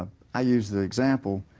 ah i use the example,